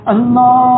Allah